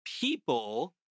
people